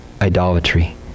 idolatry